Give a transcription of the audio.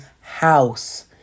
house